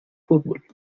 fútbol